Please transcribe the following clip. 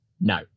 no